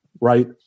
right